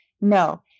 No